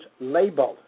labeled